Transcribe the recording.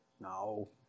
No